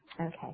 Okay